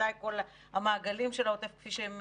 בוודאי כל המעגלים של העוטף כפי שהם